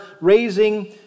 raising